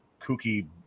kooky